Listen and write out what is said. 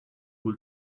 will